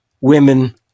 women